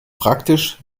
praktisch